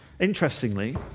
Interestingly